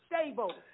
stable